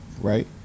right